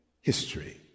history